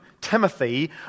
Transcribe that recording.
Timothy